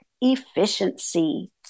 efficiency